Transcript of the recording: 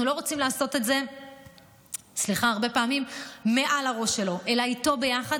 אנחנו לא רוצים לעשות את זה הרבה פעמים מעל הראש שלו אלא איתו ביחד,